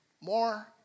More